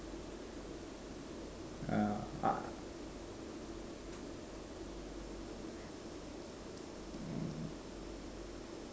ah